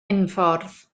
unffordd